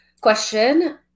question